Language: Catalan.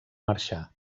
marxar